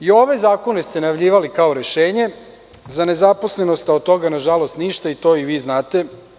I ove zakone ste najavljivali kao rešenje za nezaposlenost, a od toga na žalost ništa, to i vi znate.